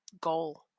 goal